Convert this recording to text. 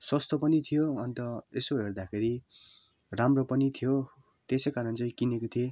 सस्तो पनि थियो अन्त यसो हेर्दाखेरि राम्रो पनि थियो त्यसै कारण चाहिँ किनेको थिएँ